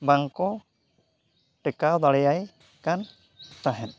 ᱵᱟᱝᱠᱚ ᱴᱮᱠᱟᱣ ᱫᱟᱲᱮᱭᱟᱭ ᱠᱟᱱ ᱛᱟᱦᱮᱸᱫ